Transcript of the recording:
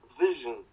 vision